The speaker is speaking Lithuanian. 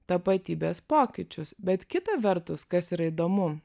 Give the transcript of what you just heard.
tapatybės pokyčius bet kita vertus kas yra įdomu